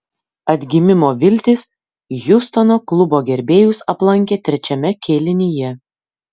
atgimimo viltys hjustono klubo gerbėjus aplankė trečiame kėlinyje